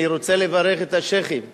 אני רוצה לברך את השיח'ים שבאו,